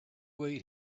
wait